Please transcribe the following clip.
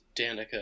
Danica